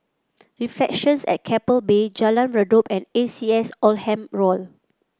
Reflections at Keppel Bay Jalan Redop and A C S Oldham Hall